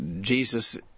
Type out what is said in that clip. Jesus